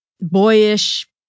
boyish